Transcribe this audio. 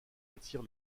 attire